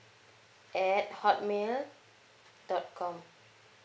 at hotmail dot com